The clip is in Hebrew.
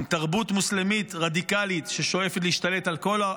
עם תרבות מוסלמית רדיקלית ששואפת להשתלט כל העולם.